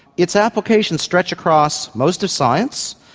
its applications stretch across most of science,